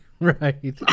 Right